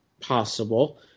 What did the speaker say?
possible